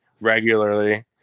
regularly